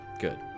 Good